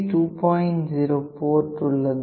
0 port உள்ளது